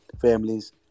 families